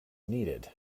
needed